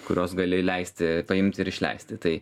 kurios gali leisti paimti ir išleisti tai